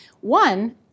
One